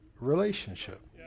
relationship